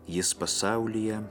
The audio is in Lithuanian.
jis pasaulyje